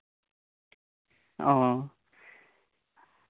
ᱚ